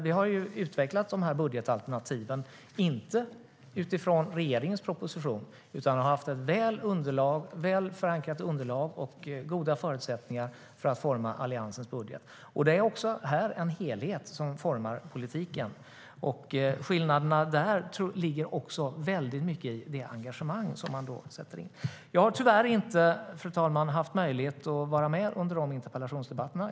Vi har inte utgått från regeringens proposition, utan vi har haft ett väl förankrat underlag och goda förutsättningar att forma Alliansens budget. Det är också här en helhet som formar politiken. Skillnaderna ligger också i det engagemang man sätter in. Jag har tyvärr inte haft möjlighet att vara med under interpellationsdebatterna.